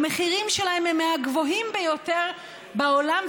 המחירים שלהם הם מהגבוהים ביותר בעולם,